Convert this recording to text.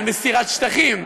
על מסירת שטחים.